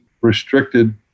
restricted